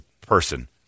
person